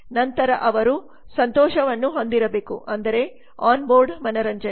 ನಂತರ ಅವರು ಸಂತೋಷವನ್ನು ಹೊಂದಿರಬೇಕು ಅಂದರೆ ಆನ್ ಬೋರ್ಡ್ ಮನರಂಜನೆ